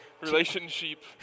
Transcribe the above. relationship